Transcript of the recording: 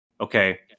okay